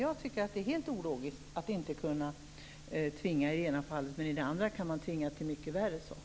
Jag tycker att det är helt ologiskt att inte kunna tvinga i det ena fallet, men i det andra kunna tvinga till mycket värre saker.